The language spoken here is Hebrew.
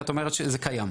כי זה אומר שזה קיים.